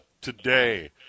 today